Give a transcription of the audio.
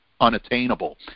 unattainable